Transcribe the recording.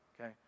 okay